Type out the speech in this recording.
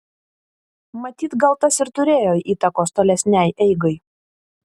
matyt gal tas ir turėjo įtakos tolesnei eigai